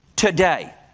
Today